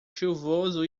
chuvoso